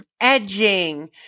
edging